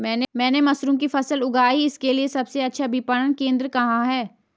मैंने मशरूम की फसल उगाई इसके लिये सबसे अच्छा विपणन केंद्र कहाँ है?